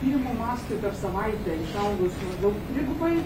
tyrimų mastui per savaitę išaugus maždaug trigubai